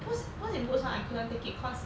puss puss in boots [one] I couldn't take it cause